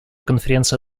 конференция